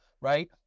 right